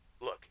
Look